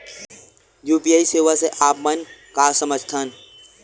UPI सेवा से आप मन का समझ थान?